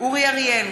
אורי אריאל,